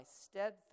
steadfast